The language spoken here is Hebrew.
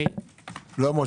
לא,